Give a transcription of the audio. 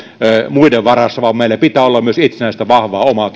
muiden varassa vaan meillä pitää olla myös itsenäistä vahvaa omaa